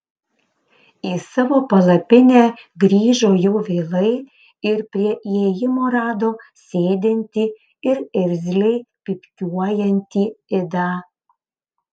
į savo palapinę grįžo jau vėlai ir prie įėjimo rado sėdintį ir irzliai pypkiuojantį idą